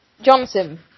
Johnson